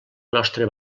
nostre